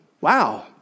Wow